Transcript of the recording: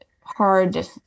hard